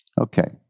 okay